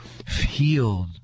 Healed